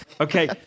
Okay